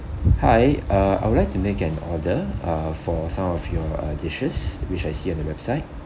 hi uh I would like to make an order uh for some of your uh dishes which I see on the website